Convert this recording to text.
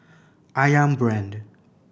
Ayam Brand